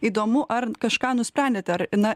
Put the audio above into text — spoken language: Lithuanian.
įdomu ar kažką nusprendėte ar na